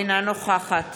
אינה נוכחת